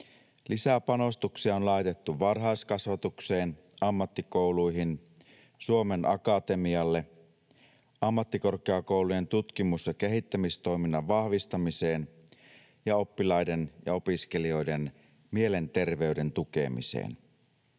Lisäpanostuksia on laitettu varhaiskasvatukseen, ammattikouluihin, Suomen Akatemialle, ammattikorkeakoulujen tutkimus‑ ja kehittämistoiminnan vahvistamiseen ja oppilaiden ja opiskelijoiden mielenterveyden tukemiseen.